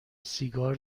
سیگار